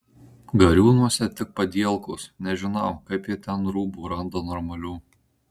gariūnuose tik padielkos nežinau kaip ji ten rūbų randa normalių